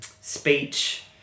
speech